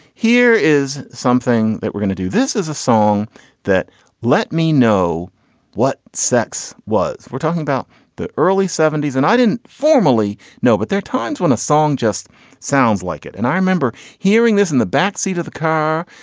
here is something that we're going to do. this is a song that let me know what sex was. we're talking about the early seventy s and i didn't formally know but there are times when a song just sounds like it. and i remember hearing this in the backseat of the car.